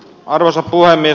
arvoisa puhemies